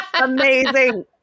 Amazing